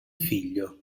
figlio